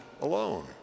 alone